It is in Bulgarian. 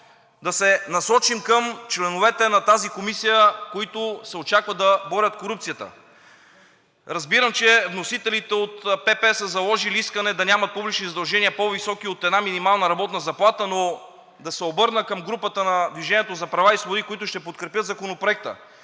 да се насочим към членовете на тази комисия, които се очаква да борят корупцията. Разбирам, че вносителите от ПП са заложили искане да няма публични задължения, по-високи от една минимална работна заплата, но да се обърна към групата на „Движение за права и свободи“, които ще подкрепят Законопроекта.